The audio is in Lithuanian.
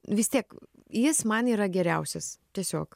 vis tiek jis man yra geriausias tiesiog